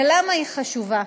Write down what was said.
ולמה היא חשובה?